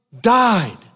died